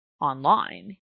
online